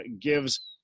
gives